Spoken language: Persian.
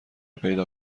پیدا